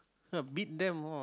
no beat them all